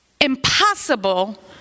impossible